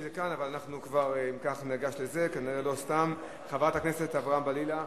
אנחנו נוסיף אותך במקרה הזה.